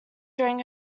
during